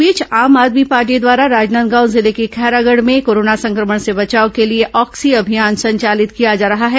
इस बीच आम आदमी पॉर्टी द्वारा राजनांदगांव जिले के खैरागढ़ में कोरोना संक्रमण से बचाव के लिए ऑक्सी अभियान संचालित किया जा रहा है